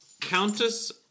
Countess